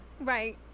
Right